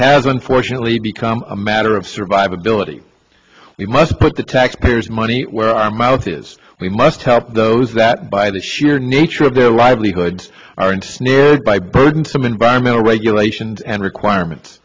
has unfortunately become a matter of survivability we must put the taxpayers money where our mouth is we must help those that by the sheer nature of their livelihood aren't near by burdensome environmental regulations and requirement